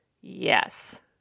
Yes